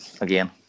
again